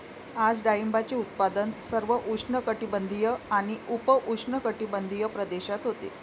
आज डाळिंबाचे उत्पादन सर्व उष्णकटिबंधीय आणि उपउष्णकटिबंधीय प्रदेशात होते